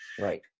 Right